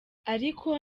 ariko